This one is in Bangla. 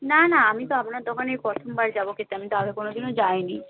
না না আমি তো আপনার দোকানে এই প্রথমবার যাবো খেতে আমি তো আগে কোনওদিনও যাইনি